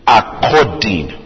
according